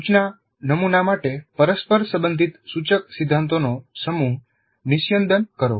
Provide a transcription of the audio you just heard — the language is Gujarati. સૂચના નમુના માટે પરસ્પર સંબંધિત સૂચક સિદ્ધાંતોનો સમૂહ નિસ્યંદન કરો